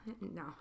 No